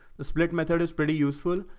the split method is pretty useful.